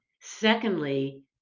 Secondly